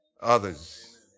others